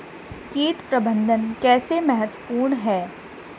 कीट प्रबंधन कैसे महत्वपूर्ण है?